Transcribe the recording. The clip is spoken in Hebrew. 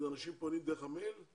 אנשים פונים דרך המייל?